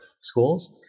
schools